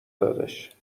دادش